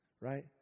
right